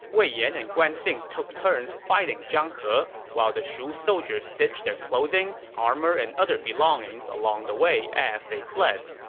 wei yan and guan xing took turns fighting zhang he, while the shu soldiers ditched their clothing, armor, and other belongings along the way as they fled.